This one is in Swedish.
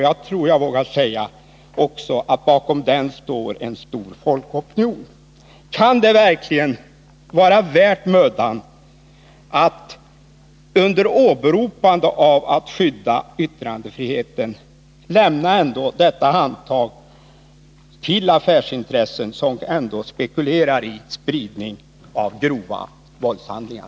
Jag tror jag vågar säga att bakom den står också en stor folkopinion. Kan det verkligen vara mödan värt att under åberopande av att skydda yttrandefriheten lämna detta handtag till affärsintressen som ändå spekulerar i spridning av grova våldsskildringar?